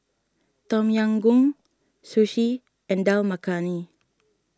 Tom Yam Goong Sushi and Dal Makhani